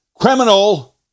criminal